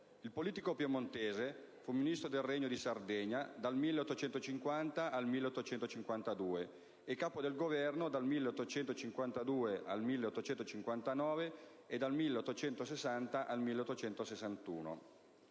Il politico piemontese fu Ministro del Regno di Sardegna dal 1850 al 1852, Capo del governo dal 1852 al 1859 e dal 1860 al 1861.